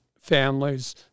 families